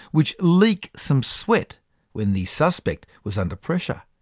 which leak some sweat when the suspect was under pressure,